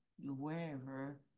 wherever